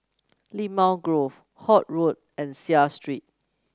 Limau Grove Holt Road and Seah Street